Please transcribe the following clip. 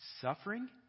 Suffering